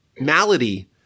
malady